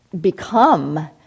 become